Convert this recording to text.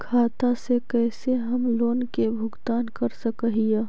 खाता से कैसे हम लोन के भुगतान कर सक हिय?